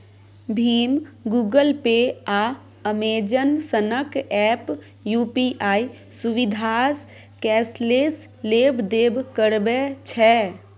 भीम, Google Pay, आ Amazon सनक app UPI सुविधासँ कैशलेस लेब देब करबै छै